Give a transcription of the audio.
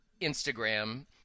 Instagram